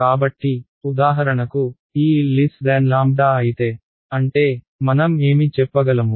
కాబట్టి ఉదాహరణకు ఈ L అయితే అంటే మనం ఏమి చెప్పగలము